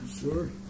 Sure